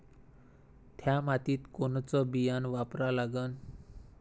थ्या मातीत कोनचं बियानं वापरा लागन?